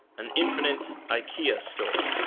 an infinite ikea store